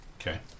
Okay